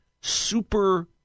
super